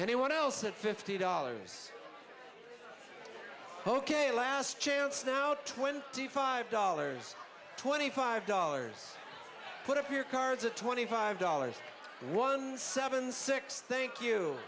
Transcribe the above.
anyone else at fifty dollars ok last chance now twenty five dollars twenty five dollars put up here cards at twenty five dollars one seven six thank you